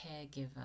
caregiver